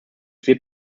wird